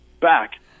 back